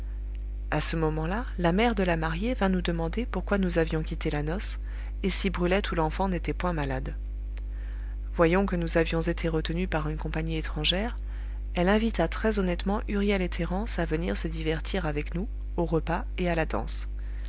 à ce moment-là la mère de la mariée vint nous demander pourquoi nous avions quitté la noce et si brulette ou l'enfant n'étaient point malades voyant que nous avions été retenus par une compagnie étrangère elle invita très honnêtement huriel et thérence à venir se divertir avec nous au repas et à la danse